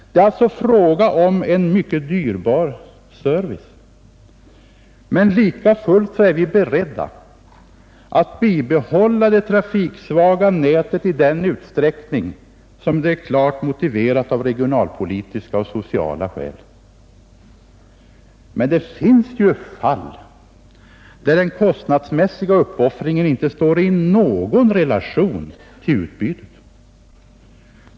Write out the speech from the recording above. Det är alltså fråga om en mycket dyrbar service, men likafullt är vi beredda att bibehålla det trafiksvaga nätet i den utsträckning som det är klart motiverat av regionalpolitiska och sociala skäl. Det finns dock fall där den kostnadsmässiga uppoffringen inte står i någon relation till utbytet.